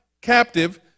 captive